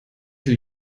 will